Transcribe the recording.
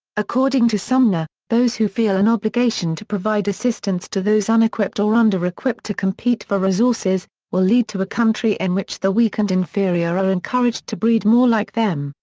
according to sumner, those who feel an obligation to provide assistance to those unequipped or under-equipped to compete for resources, will lead to a country in which the weak and inferior are encouraged to breed more like them,